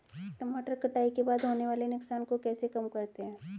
टमाटर कटाई के बाद होने वाले नुकसान को कैसे कम करते हैं?